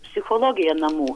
psichologiją namų